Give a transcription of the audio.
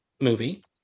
Movie